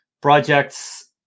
projects